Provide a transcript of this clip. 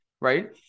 right